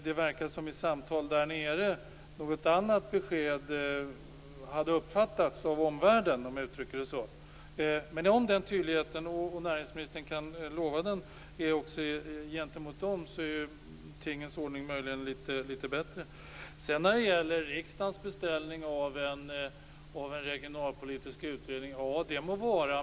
Det verkar som att något annat hade uppfattats i samtalen där av omvärlden. Om näringsministern kan lova denna tydlighet gentemot EU är tingens ordning lite bättre. Det må vara att riksdagen har beställt en regionalpolitisk utredning.